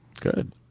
Good